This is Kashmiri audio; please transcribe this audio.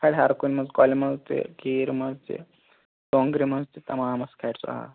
سُہ کھالہِ ہر کُنہِ مَنٛزٕ کۅلہِ مَنٛزٕ تہِ کیٖر مَنٛز تہِ ٹونٛگرِ مَنٛز تہِ تَمامَس کھارِ سُہ آب